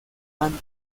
and